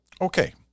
Okay